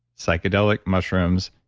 psychedelic mushrooms,